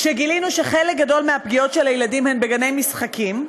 כשגילינו שחלק גדול מהפגיעות של הילדים הן בגני משחקים,